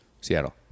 seattle